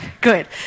good